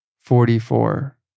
Forty-four